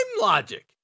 logic